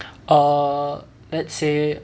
err let's say